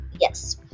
Yes